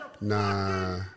Nah